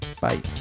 bye